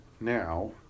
now